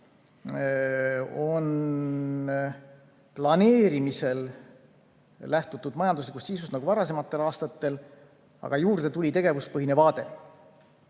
planeerimisel majanduslikust sisust nagu varasematel aastatel. Aga juurde tuli tegevuspõhine vaade.